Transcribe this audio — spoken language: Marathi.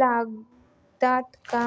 लागते का?